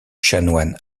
chanoine